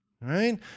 Right